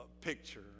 picture